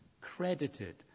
credited